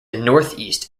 northeast